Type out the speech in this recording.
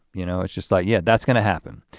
you know it's just like yeah, that's gonna happen.